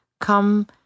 come